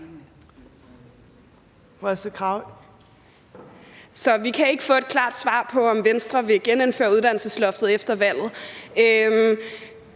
vi kan ikke få et klart svar på, om Venstre vil genindføre uddannelsesloftet efter et